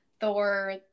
thor